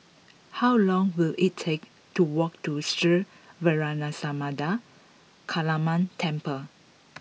how long will it take to walk to Sri Vairavimada Kaliamman Temple